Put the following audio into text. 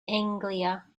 anglia